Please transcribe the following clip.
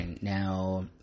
now